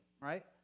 right